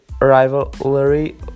rivalry